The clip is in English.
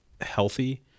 healthy